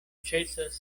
ĉesas